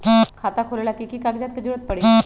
खाता खोले ला कि कि कागजात के जरूरत परी?